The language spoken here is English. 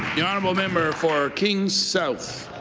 the honourable member for kings south.